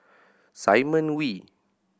Simon Wee